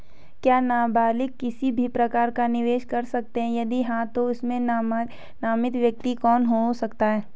क्या नबालिग किसी भी प्रकार का निवेश कर सकते हैं यदि हाँ तो इसमें नामित व्यक्ति कौन हो सकता हैं?